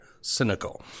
cynical